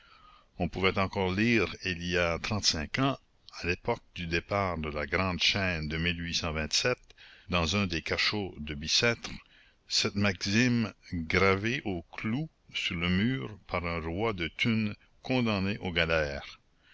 on pouvait encore lire il y a trente-cinq ans à l'époque du départ de la grande chaîne de dans un des cachots de bicêtre cette maxime gravée au clou sur le mur par un roi de thunes condamné aux galères